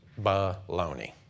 Baloney